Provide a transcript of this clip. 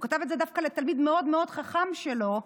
הוא כתב את זה דווקא לתלמיד מאוד מאוד חכם שלו,